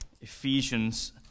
Ephesians